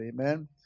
amen